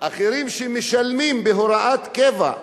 אחרים שמשלמים בהוראת קבע,